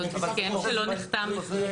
זה עוד הסכם שלא נחתם.